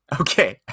Okay